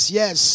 yes